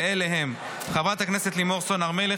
ואלה הם: חברת הכנסת לימור סון הר מלך,